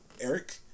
Eric